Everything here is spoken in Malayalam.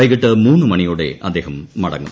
വൈകിട്ട് മൂന്നു മണിയോടെ അദ്ദേഹം മടങ്ങും